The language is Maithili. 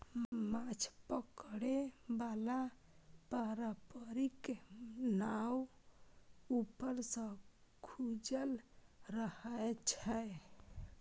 माछ पकड़े बला पारंपरिक नाव ऊपर सं खुजल रहै छै